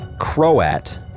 Croat